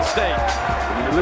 State